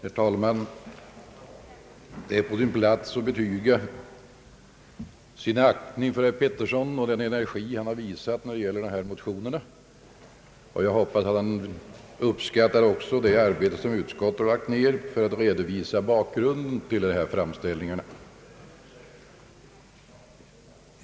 Herr talman! Det är på sin plats att betyga sin aktning för herr Karl Pettersson och den energi han visat när det gäller dessa motioner. Jag hoppas att han också uppskattar det arbete som utskottet lagt ned för att redovisa bakgrunden till de här framställningarna.